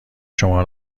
شما